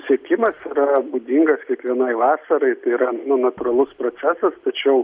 sekimas yra būdingas kiekvienai vasarai tai yra natūralus procesas tačiau